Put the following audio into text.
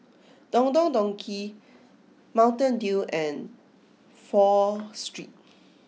Don Don Donki Mountain Dew and Pho Street